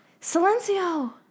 Silencio